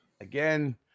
again